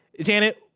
Janet